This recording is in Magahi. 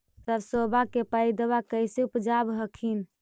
सरसोबा के पायदबा कैसे उपजाब हखिन?